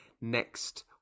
next